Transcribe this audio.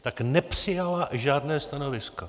Tak nepřijala žádné stanovisko.